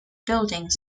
buildings